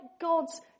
God's